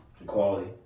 Equality